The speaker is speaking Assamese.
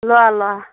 ল'ৰা ল'ৰা